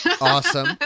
Awesome